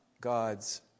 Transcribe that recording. God's